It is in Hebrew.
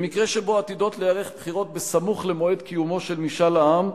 במקרה שבו עתידות להיערך בחירות בסמוך למועד קיומו של משאל העם,